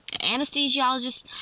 anesthesiologist